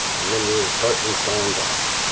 and then we will start installing dos